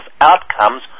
outcomes